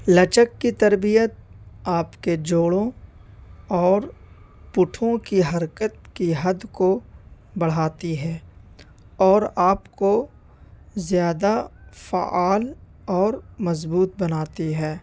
لچک کی تربیت آپ کے جوڑوں اور پٹھوں کی حرکت کی حد کو بڑھاتی ہے اور آپ کو زیادہ فعال اور مضبوط بناتی ہے